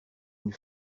une